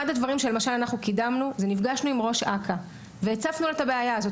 אחד הדברים שקידמנו נפגשנו עם ראש אכ"א והצפנו את הבעיה הזו.